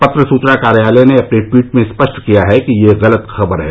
पत्र सूचना कार्यालय ने अपने ट्वीट में स्पष्ट किया है कि यह एक गलत खबर है